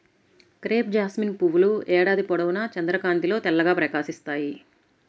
crepe jasmine పువ్వుల ఏడాది పొడవునా చంద్రకాంతిలో తెల్లగా ప్రకాశిస్తాయి